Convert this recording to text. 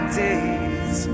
days